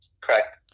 Correct